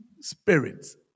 spirits